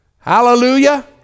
Hallelujah